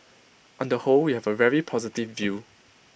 on the whole we have A very positive view